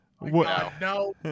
No